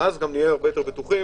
ואז גם נהיה הרבה יותר בטוחים